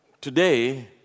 today